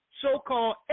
so-called